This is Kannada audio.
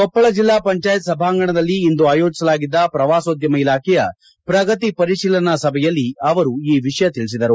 ಕೊಪ್ಪಳ ಜಿಲ್ಲಾ ಪಂಚಾಯತ್ ಸಭಾಂಗಣದಲ್ಲಿ ಇಂದು ಆಯೋಜಿಸಲಾಗಿದ್ದ ಪ್ರವಾಸೊದ್ದಮ ಇಲಾಖೆಯ ಪ್ರಗತಿ ಪರಿಶೀಲನಾ ಸಭೆಯಲ್ಲಿ ಅವರು ಈ ವಿಷಯ ತಿಳಿಸಿದರು